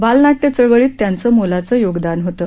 बालनाट्य चळवळीत त्यांचं मोलाचं योगदान होतं